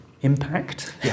impact